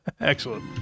Excellent